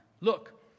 Look